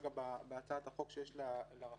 פה חייב שבא